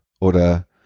oder